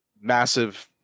massive